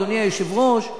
אדוני היושב-ראש,